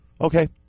Okay